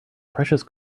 precious